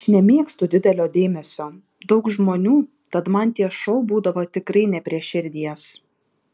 aš nemėgstu didelio dėmesio daug žmonių tad man tie šou būdavo tikrai ne prie širdies